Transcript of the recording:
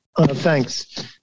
Thanks